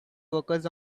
workers